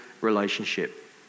relationship